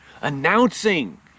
announcing